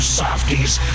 softies